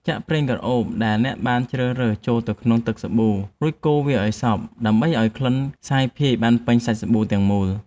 ចាក់ប្រេងក្រអូបដែលអ្នកបានជ្រើសរើសចូលទៅក្នុងទឹកសាប៊ូ រួចកូរវាឱ្យសព្វដើម្បីឱ្យក្លិនសាយភាយបានពេញសាច់សាប៊ូទាំងមូល។